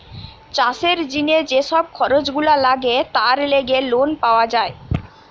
চাষের জিনে যে সব খরচ গুলা লাগে তার লেগে লোন পাওয়া যায়